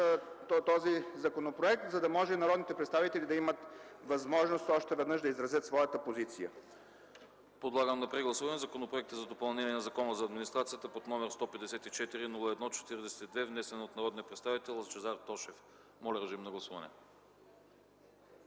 този законопроект, за да може народните представители да имат възможност още веднъж да изразят своята позиция.